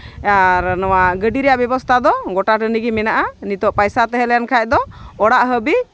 ᱟᱨ ᱱᱚᱣᱟ ᱜᱟᱹᱰᱤ ᱨᱮᱭᱟᱜ ᱵᱮᱵᱚᱥᱛᱷᱟ ᱫᱚ ᱜᱳᱴᱟ ᱴᱟᱺᱰᱤ ᱜᱮ ᱢᱮᱱᱟᱜᱼᱟ ᱱᱤᱛᱚᱜ ᱯᱚᱭᱥᱟ ᱛᱟᱦᱮᱸ ᱞᱮᱱᱠᱷᱟᱡ ᱫᱚ ᱚᱲᱟᱜ ᱦᱟᱹᱵᱤᱡ